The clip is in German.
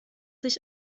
sich